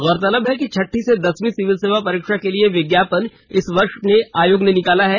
गौरतलब है कि छठी से दसवीं सिविल सेवा परीक्षा के लिए विज्ञापन इस वर्ष आयोग ने निकाला है